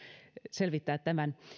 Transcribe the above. selvittää tämän